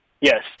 Yes